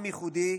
עם ייחודי,